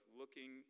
looking